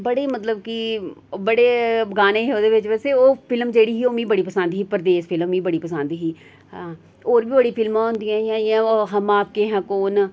बड़े मतलब कि बड़े गाने हे ओह्दे बेच्च वैसे ओह् फिल्म जेह्ड़ी ही ओह् मीं बड़ी पसंद ही परदेस फिल्म मीं बड़ी पसंद ही होर बी बड़ियां फिल्मां होंदियां हा जि'यां हम आपके है कौन